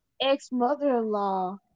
ex-mother-in-law